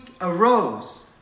arose